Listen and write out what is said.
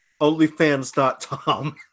Onlyfans.com